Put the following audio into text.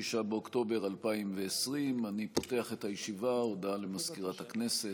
29 באוקטובר 2020 / 3 חוברת ג' ישיבה צ"א הישיבה התשעים-ואחת של הכנסת